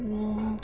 ମୁଁ